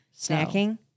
Snacking